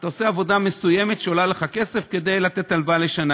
אתה עושה עבודה מסוימת שעולה לך כסף כדי לתת הלוואה לשנה,